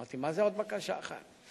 אמרתי: מה זה עוד בקשה אחת?